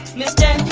mr.